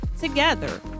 Together